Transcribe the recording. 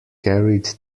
carried